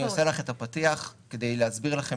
אני עושה לך את הפתיח כדי להסביר לכם